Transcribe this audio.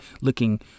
looking